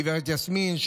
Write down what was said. גב' יסמין,